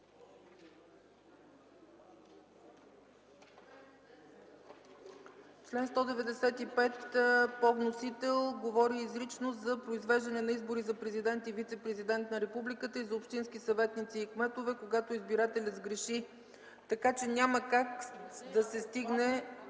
Член 195 по вносител говори изрично за произвеждане на избори за президент и вицепрезидент на републиката и за общински съветници и кметове, когато избирателят сгреши. Така че няма как да се стигне.